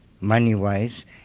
money-wise